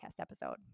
episode